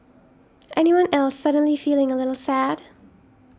anyone else suddenly feeling a little sad